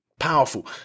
powerful